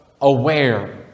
aware